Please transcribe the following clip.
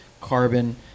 Carbon